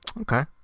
Okay